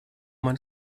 man